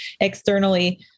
externally